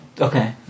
Okay